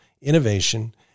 Innovation